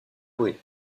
brière